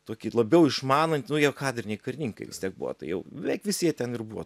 tokį labiau išmanantį nu jie kadriniai karininkai vis tiek buvo tai jau beveik visi jie ten ir buvo